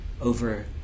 over